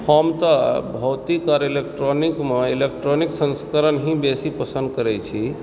हम तऽ भौतिक आओर इलेक्ट्रॉनिकमे इलेक्ट्रॉनिक संस्करण ही बेसी पसन्द करैत छी